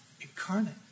incarnate